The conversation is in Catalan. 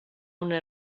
una